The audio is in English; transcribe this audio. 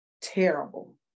terrible